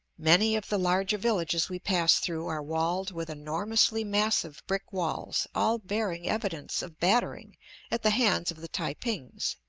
many of the larger villages we pass through are walled with enormously massive brick walls, all bearing evidence of battering at the hands of the tai-pings.